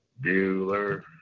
Bueller